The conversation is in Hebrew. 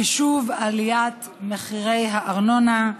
חישוב עליית מחירי הארנונה),